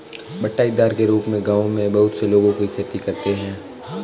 बँटाईदार के रूप में गाँवों में बहुत से लोगों की खेती करते हैं